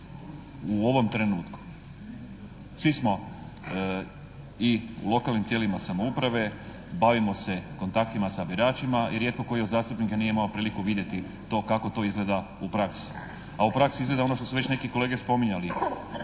u ovom trenutku. Svi smo i u lokalnim tijelima samouprave, bavimo se kontaktima sa biračima i rijetko koji od zastupnika nije imao priliku vidjeti to kako to izgleda u praksi, a u praksi izgleda ono što su već neki kolege spominjali,